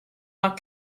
our